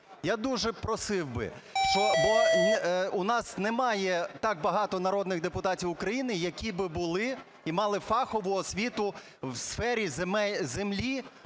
Я дуже просив би, у нас немає так багато народних депутатів України, які би були і мали фахову освіту в сфері землі